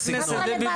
מה זה רלוונטי?